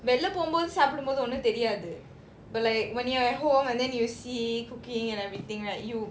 வெளில போவும் போது சாப்பிடும் போது ஒன்னும் தெரியாது:velila povum pothu saapidum pothu onnum theriyaathu when you're at home and then you see cooking and everything right you